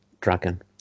dragon